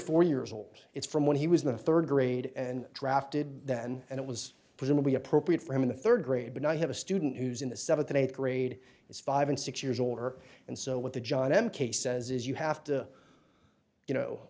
four years old it's from when he was in the third grade and drafted then and it was presumably appropriate for him in the third grade but now i have a student who's in the seventh and eighth grade is five and six years older and so what the john m case says is you have to you know